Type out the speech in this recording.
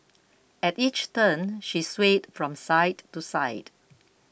at each turn she swayed from side to side